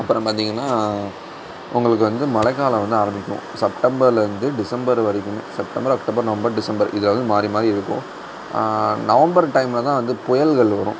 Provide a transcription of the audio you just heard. அப்புறம் பார்த்திங்கன்னா உங்களுக்கு வந்து மழைக்காலம் வந்து ஆரம்பிக்கும் செப்டம்பரில் இருந்து டிசம்பர் வரைக்கும் செப்டம்பர் அக்டோபர் நவம்பர் டிசம்பர் இதில் வந்து மாறி மாறி இருக்கும் நவம்பர் டைமில் தான் வந்து புயல்கள் வரும்